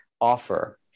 offer